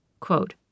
quote